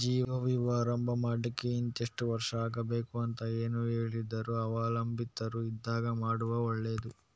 ಜೀವ ವಿಮೆ ಆರಂಭ ಮಾಡ್ಲಿಕ್ಕೆ ಇಂತಿಷ್ಟು ವರ್ಷ ಆಗ್ಬೇಕು ಅಂತ ಏನೂ ಇಲ್ದಿದ್ರೂ ಅವಲಂಬಿತರು ಇದ್ದಾಗ ಮಾಡುದು ಒಳ್ಳೆದು